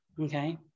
Okay